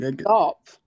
stop